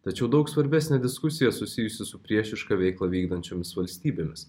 tačiau daug svarbesnė diskusija susijusi su priešišką veiklą vykdančiomis valstybėmis